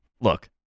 look